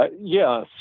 Yes